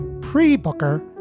Pre-Booker